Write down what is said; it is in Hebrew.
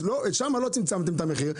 אז שם לא צמצמתם את המחיר,